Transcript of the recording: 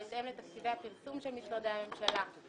בהתאם לתקציבי הפרסום של משרדי הממשלה.